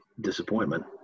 disappointment